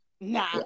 Nah